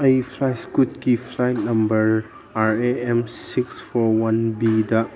ꯑꯩ ꯐ꯭ꯂꯥꯏ ꯏꯁꯀꯨꯠꯀꯤ flight number R A M six four one ꯕꯤꯗ